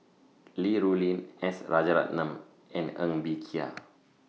Li Rulin S Rajaratnam and Ng Bee Kia